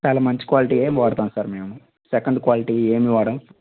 చాలా మంచి క్వాలిటీయే వాడతాం సార్ మేము సెకెండ్ క్వాలిటీ ఏమి వాడాం